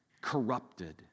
Corrupted